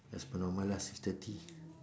as per normal lah six thirty